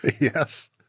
Yes